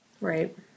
Right